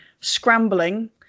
scrambling